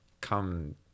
come